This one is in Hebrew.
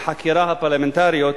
החקירה הפרלמנטריות,